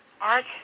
Art